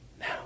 Now